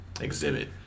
Exhibit